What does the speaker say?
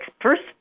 first